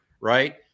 right